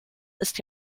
ist